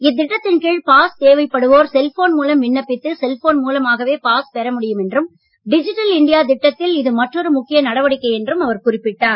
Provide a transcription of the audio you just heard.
இத்திட்டத்தின் கீழ் பாஸ் தேவைப்படுவோர் செல்போன் மூலம் விண்ணப்பித்து செல்போன் மூலமாகவே பாஸ் பெற முடியும் என்றும் டிஜிட்டல் இந்தியா திட்டத்தில் இது மற்றொரு முக்கிய நடவடிக்கை என்றும் அவர் குறிப்பிட்டார்